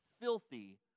filthy